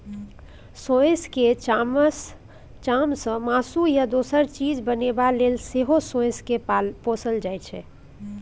सोंइस केर चामसँ मासु या दोसर चीज बनेबा लेल सेहो सोंइस केँ पोसल जाइ छै